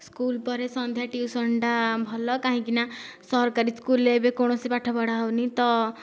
school ପରେ ସନ୍ଧ୍ୟା ଟ୍ୟୁସନଟା ଭଲ କାହିଁକି ନା ସରକାରୀ ସ୍କୁଲରେ ଏବେ କୌଣସି ପାଠ ପଢ଼ା ହେଉନି ତ